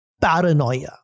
paranoia